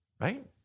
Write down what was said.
right